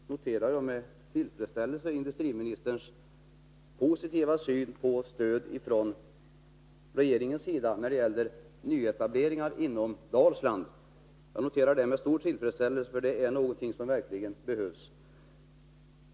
Herr talman! Jag noterar med tillfredsställelse industriministerns positiva syn på stöd från regeringens sida när det gäller nyetableringar inom Dalsland, för det är någonting som verkligen behövs.